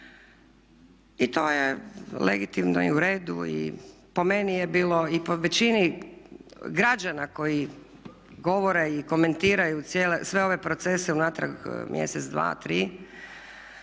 I to je legitimno i u redu i po meni je bilo i po većini građana koji govore i komentiraju sve ove procese unatrag mjesec, dva, tri,